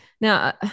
Now